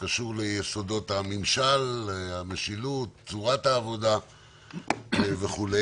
שקשור ליסודות הממשל, המשילות, צורת העבודה וכו'.